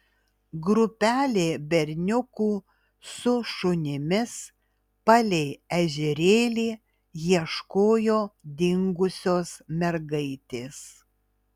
grupelė berniukų su šunimis palei ežerėlį ieškojo dingusios mergaitės